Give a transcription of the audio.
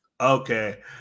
Okay